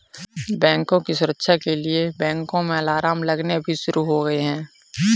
बैंकों की सुरक्षा के लिए बैंकों में अलार्म लगने भी शुरू हो गए हैं